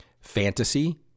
fantasy